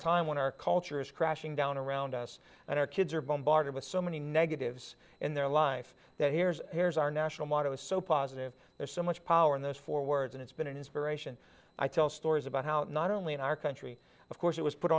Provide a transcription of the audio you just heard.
time when our culture is crashing down around us and our kids are bombarded with so many negatives in their life that here's here's our national motto is so positive there's so much power in this for words and it's been an inspiration i tell stories about how to not own in our country of course it was put